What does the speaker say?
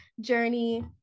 journey